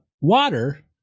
Water